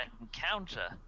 encounter